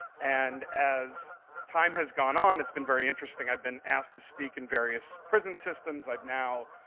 and as time has gone on, it's been very interesting. i've been asked to speak in various prison systems. i've now,